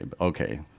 Okay